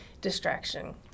distraction